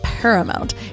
paramount